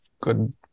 good